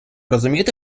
розумієте